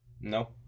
No